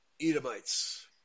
Edomites